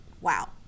wow